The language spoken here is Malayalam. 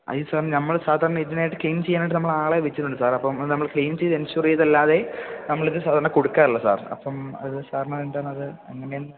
അയ്യോ സാർ നമ്മള് സാധാരണ ഇതിനായിട്ട് ക്ലീൻ ചെയ്യാനായിട്ട് നമ്മള് ആളെ വെച്ചിട്ടുണ്ട് സാർ അപ്പം നമ്മള് ക്ലീൻ ചെയ്ത് എൻഷൂർ ചെയ്തല്ലാതെ നമ്മളിത് സാധാരണ കൊടുക്കാറില്ല സാർ അപ്പം അത് സാറിന് എന്താണത് അങ്ങനെയെന്ന്